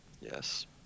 Yes